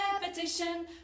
repetition